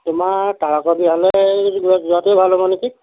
তোমাৰ তাৰকগৃহলৈ যোৱাটোৱে ভাল হ'ব নেকি